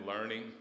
learning